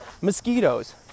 mosquitoes